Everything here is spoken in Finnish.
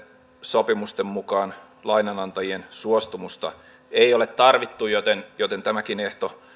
sopimusten mukaan lainanantajien suostumusta ei ole tarvittu joten joten tämäkin ehto